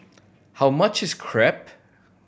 how much is Crepe